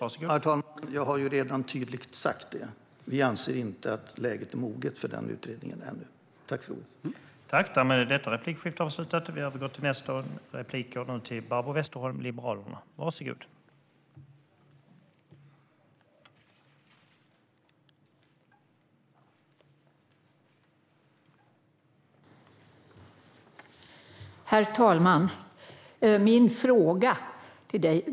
Vi anser inte att läget är moget för den utredningen än.